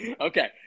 Okay